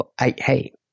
Hey